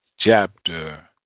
chapter